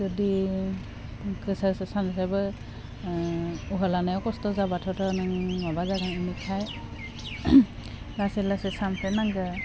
जुदि गोसासो सानस्रियो ओह उहा लानायाव खस्थ जाबाथ' नों माबा जागोन बेनिखाइ लासै लासै सानस्रि नांगौ